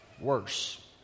worse